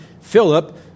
Philip